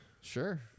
Sure